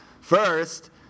First